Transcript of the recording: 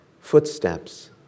footsteps